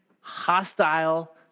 hostile